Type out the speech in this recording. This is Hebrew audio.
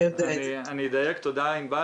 אני אדייק, תודה ענבל.